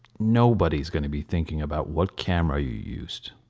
nobody is going to be thinking about what camera you used.